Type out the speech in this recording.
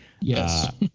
Yes